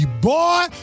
boy